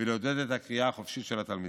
ולעודד את הקריאה החופשית של התלמידים.